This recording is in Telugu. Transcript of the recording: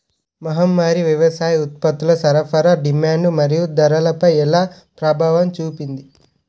మహమ్మారి వ్యవసాయ ఉత్పత్తుల సరఫరా డిమాండ్ మరియు ధరలపై ఎలా ప్రభావం చూపింది?